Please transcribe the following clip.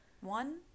one